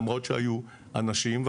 למרות שהיו אנשים,